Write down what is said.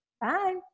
bye